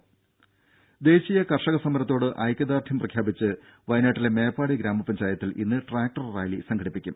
രുര ദേശീയ കർഷക സമരത്തോട് ഐക്യദാർഢ്യം പ്രഖ്യാപിച്ച് വയനാട്ടിലെ മേപ്പാടി ഗ്രാമപഞ്ചായത്തിൽ ഇന്ന് ട്രാക്ടർ റാലി സംഘടിപ്പിക്കും